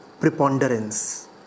preponderance